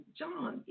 john